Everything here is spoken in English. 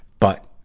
but,